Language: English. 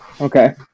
Okay